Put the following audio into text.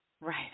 Right